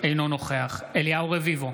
אינו נוכח אליהו רביבו,